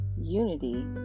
unity